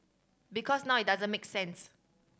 because now it doesn't make sense